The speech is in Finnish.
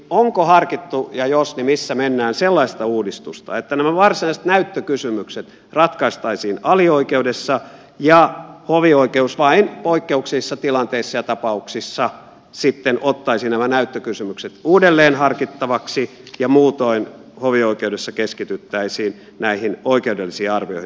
onko harkittu ja jos on niin missä mennään sellaista uudistusta että nämä varsinaiset näyttökysymykset ratkaistaisiin alioikeudessa ja hovioikeus vain poikkeuksellisissa tilanteissa ja tapauksissa sitten ottaisi nämä näyttökysymykset uudelleen harkittavaksi ja muutoin hovioikeudessa keskityttäisiin näihin oikeudellisiin arvioihin